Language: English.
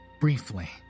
Briefly